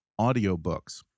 Audiobooks